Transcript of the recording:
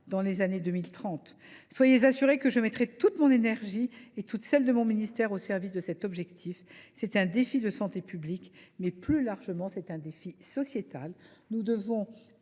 dans les années 2030. Soyez assurés que je mettrai toute mon énergie et toute celle de mon ministère au service de cet objectif. C’est un défi de santé publique, mais plus largement un défi sociétal. Nous devons